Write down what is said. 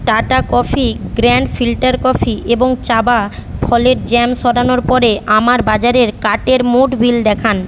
tata coffee grand filter coffee এবং চাবা ফলের জ্যাম সরানোর পরে আমার বাজারের কার্টের মোট বিল দেখান